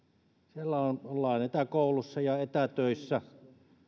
siellä ollaan etäkoulussa ja etätöissä